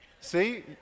see